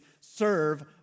serve